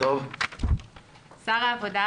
שר העבודה,